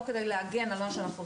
לא כדי להגן על מה שאנחנו עושים.